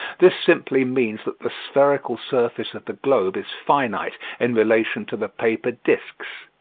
this simply means that the spherical surface of the globe is finite in relation to the paper discs.